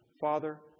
Father